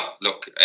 look